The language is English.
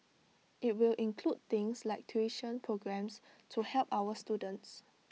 IT will include things like tuition programmes to help our students